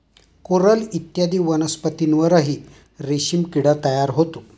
coral इत्यादी वनस्पतींवरही रेशीम किडा तयार होतो